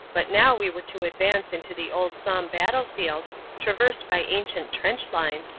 but now we were to advance into the old somme battlefield traversed by ancient trench lines,